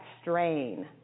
strain